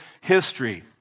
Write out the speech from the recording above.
history